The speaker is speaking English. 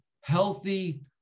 healthy